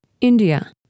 India